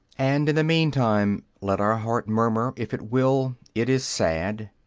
and in the meantime let our heart murmur, if it will, it is sad,